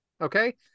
okay